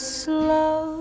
slow